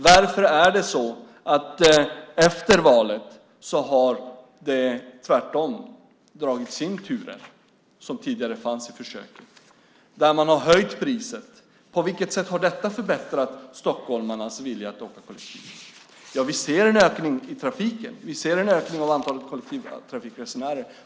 Varför är det så att det efter valet tvärtom har dragits in turer som tidigare fanns i försöket och att man har höjt priset? På vilket sätt har detta förbättrat stockholmarnas vilja att åka kollektivt? Vi ser en ökning av antalet kollektivtrafikresenärer.